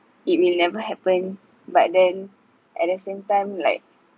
it will never happen but then at the same time like